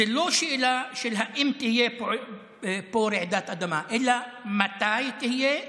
זו לא שאלה של אם תהיה פה רעידת אדמה אלא מתי תהיה,